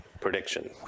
prediction